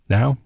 Now